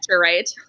right